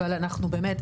אבל אנחנו באמת,